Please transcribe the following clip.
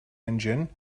engine